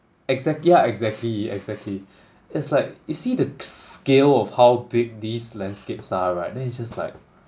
exactly ah exactly exactly it's like you see the scale of how big these landscapes are right then it's just like